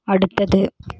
அடுத்தது